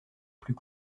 plus